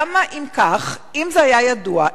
אם זה היה ידוע,